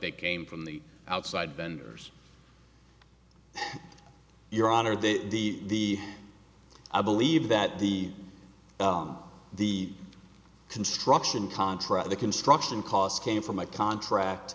they came from the outside vendors your honor that the i believe that the on the construction contract the construction costs came from a contract